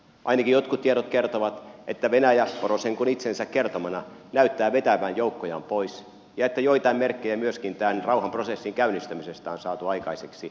ainakin jotkut tiedot kertovat että venäjä porosenkon itsensä kertomana näyttää vetävän joukkojaan pois ja että joitain merkkejä myöskin tämän rauhanprosessin käynnistymisestä on saatu aikaan